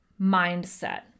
mindset